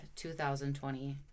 2020